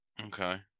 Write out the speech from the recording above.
Okay